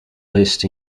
list